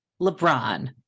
lebron